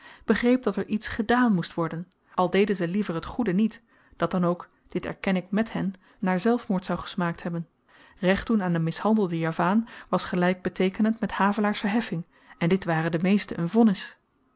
begreep dat er iets gedaan moest worden al deden ze liever t goede niet dat dan ook dit erken ik mèt hen maar zelfmoord zou gesmaakt hebben recht doen aan den mishandelden javaan was gelyk beteekenend met havelaars verheffing en dit ware den meesten een vonnis